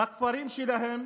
בכפרים שלהם.